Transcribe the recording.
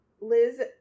Liz